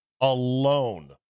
alone